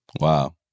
Wow